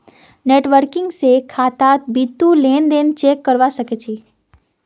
net banking स खातात बितु लेन देन चेक करवा सख छि